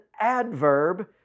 adverb